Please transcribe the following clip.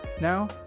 Now